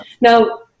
Now